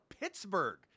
Pittsburgh